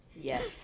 yes